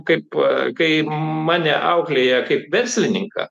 kaip kai mane auklėja kaip verslininką